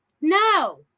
no